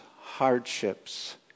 hardships